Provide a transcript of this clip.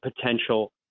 potential